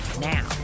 Now